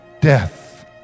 Death